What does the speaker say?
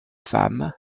femme